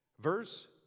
verse